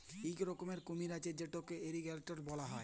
ইক রকমের কুমির আছে যেটকে এলিগ্যাটর ব্যলা হ্যয়